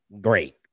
Great